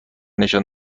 نشان